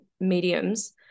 mediums